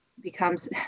becomes